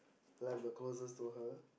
like the closest to her